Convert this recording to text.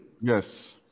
Yes